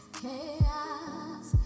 chaos